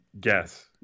guess